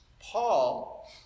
Paul